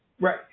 Right